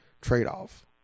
trade-off